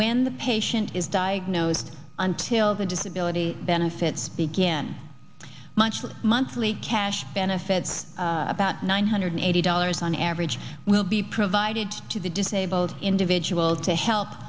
when the patient is diagnosed until the disability benefits began much the monthly cash benefits about nine hundred eighty dollars on average will be provided to the disabled individuals to help